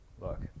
look